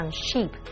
sheep